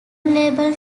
label